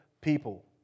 people